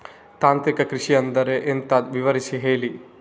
ತಾಂತ್ರಿಕ ಕೃಷಿ ಅಂದ್ರೆ ಎಂತ ವಿವರಿಸಿ ಹೇಳಿ